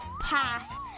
Pass